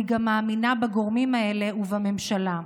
אני גם מאמינה בגורמים האלה ובממשלה.